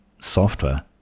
software